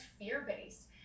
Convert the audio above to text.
fear-based